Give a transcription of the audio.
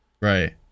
Right